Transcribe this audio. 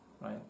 right